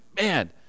man